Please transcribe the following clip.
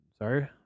Sorry